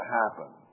happen